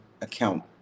account